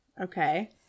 Okay